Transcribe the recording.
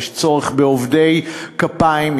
יש צורך בעובדי כפיים,